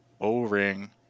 O-ring